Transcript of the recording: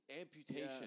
Amputation